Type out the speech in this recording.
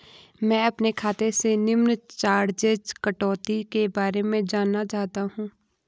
मैं अपने खाते से निम्न चार्जिज़ कटौती के बारे में जानना चाहता हूँ?